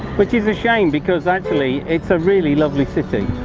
which is a shame, because actually, it's a really lovely city.